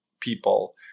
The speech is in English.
people